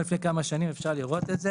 אפשר לראות את זה